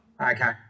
Okay